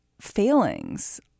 failings